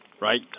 right